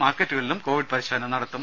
മാർക്കറ്റുകളിലും Covid പരിശോധന നടത്തും